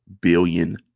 billion